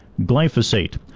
glyphosate